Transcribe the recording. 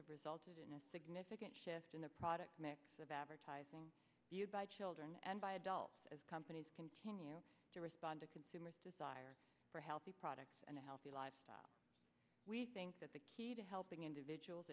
have resulted in a significant shift in the product mix of advertising you by children and by adults as companies continue to respond to consumers desire for healthy products and a healthy lifestyle we think that the key to helping individuals